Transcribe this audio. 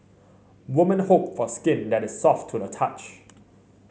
woman hope for skin that is soft to the touch